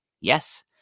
Yes